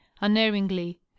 unerringly